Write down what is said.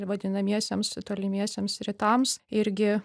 ir vadinamiesiems tolimiesiems rytams irgi